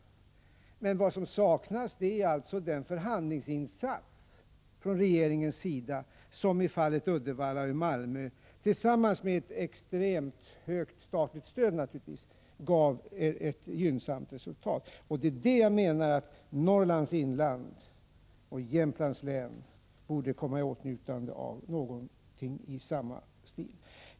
Men vad som saknas är alltså den förhandlingsinsats från regeringens sida som i Uddevalla och i Malmö — tillsammans med ett extremt högt statligt stöd, naturligtvis — gav ett gynnsamt resultat. Jag menar att Norrlands inland och Jämtlands län borde komma i åtnjutande av någonting i samma stil.